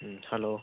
ꯎꯝ hello